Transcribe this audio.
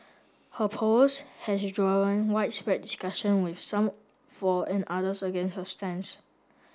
her post has drawn widespread discussion with some for and others against her stance